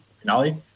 finale